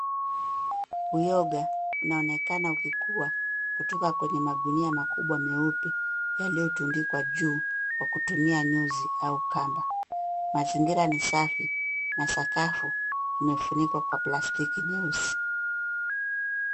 Uyoga unaonekana ukikua kutoka kwenye magunia makubwa meupe yaliyotundikwa juu kwa kutumia nyuzi au kamba. Mazingira ni safi na sakafu imefunikwa kwa plastiki nyeusi.